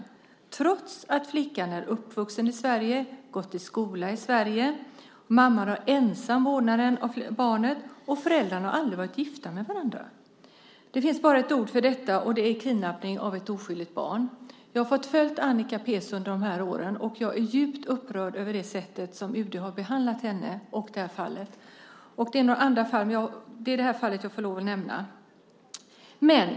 Detta skedde trots att flickan är uppvuxen och har gått i skola i Sverige, att mamman har ensam vårdnad om barnet och att föräldrarna aldrig har varit gifta med varandra. Det finns bara ett begrepp för detta, och det är kidnappning av ett oskyldigt barn. Jag har fått följa Annika Pezu under de här åren, och jag är djupt upprörd över det sätt som UD har behandlat henne och det här fallet på. Det finns andra fall också, men det är det här fallet jag har lov att nämna.